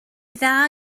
dda